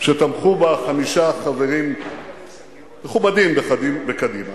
שתמכו בה חמישה חברים מכובדים בקדימה.